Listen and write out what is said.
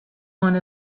one